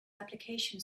application